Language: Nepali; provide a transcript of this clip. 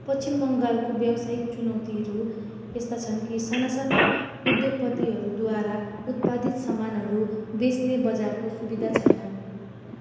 पश्चिम बङ्गालको व्यवसायिक चुनौतीहरू यस्ता छन् कि साना साना उद्योगपतिहरूद्वारा उत्पादित सामानहरू बेच्ने बजारको सुविधा छैन